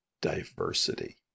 diversity